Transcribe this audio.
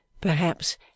Perhaps